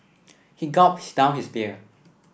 he gulped down his beer